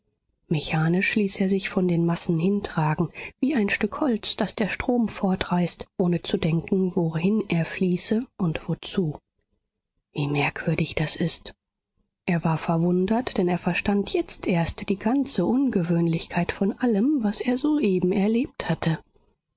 mechanisch ließ er sich von den massen hintragen wie ein stück holz das der strom fortreißt ohne zu denken wohin er fließe und wozu wie merkwürdig das ist er war verwundert denn er verstand jetzt erst die ganze ungewöhnlichkeit von allem was er soeben erlebt hatte